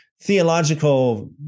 theological